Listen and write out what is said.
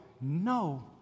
no